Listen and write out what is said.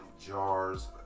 jars